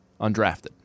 undrafted